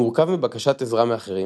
מורכב מ בקשת עזרה מאחרים,